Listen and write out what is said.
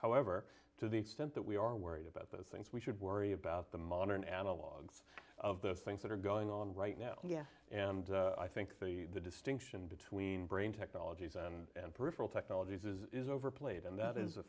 however to the extent that we are worried about those things we should worry about the modern analogues of the things that are going on right now yeah and i think the distinction between brain technologies and peripheral technologies is overplayed and that is a